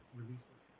releases